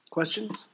Questions